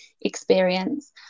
experience